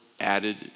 added